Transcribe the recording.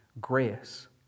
grace